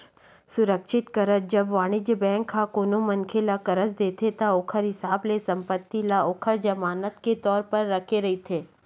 सुरक्छित करज, जब वाणिज्य बेंक ह कोनो मनखे ल करज देथे ता ओखर हिसाब ले संपत्ति ल ओखर जमानत के तौर म रखे रहिथे